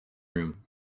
room